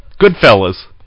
Goodfellas